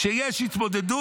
כשיש התמודדות,